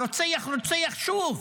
הרוצח רוצח שוב.